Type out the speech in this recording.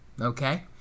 Okay